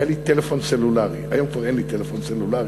היום כבר אין לי טלפון סלולרי.